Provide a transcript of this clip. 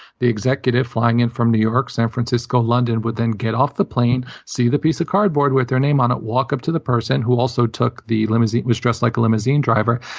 the executive flying in from new york, san francisco, london would then get off the plane, see the piece of cardboard with their name on it, walk up to the person who also took the. was dressed like a limousine driver,